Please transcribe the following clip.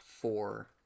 four